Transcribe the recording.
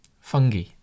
fungi